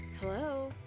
Hello